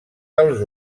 dels